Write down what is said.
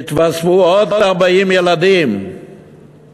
יתווספו 40,000 ילדים